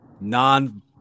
non